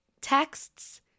texts